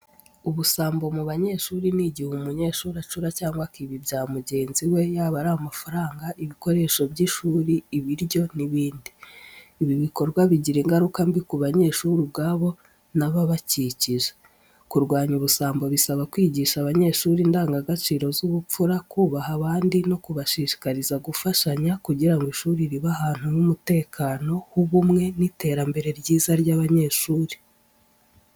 Ubusambo mu banyeshuri ni igihe umunyeshuri acura cyangwa akiba ibya mugenzi we, yaba ari amafaranga, ibikoresho by’ishuri, ibiryo n’ibindi. Ibi bikorwa bigira ingaruka mbi ku banyeshuri ubwabo n’ababakikije. Kurwanya ubusambo bisaba kwigisha abanyeshuri indangagaciro z’ubupfura, kubaha abandi no kubashishikariza gufashanya, kugira ngo ishuri ribe ahantu h’umutekano, h’ubumwe n’iterambere ryiza ry’abanyeshuri.